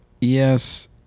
Yes